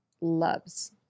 loves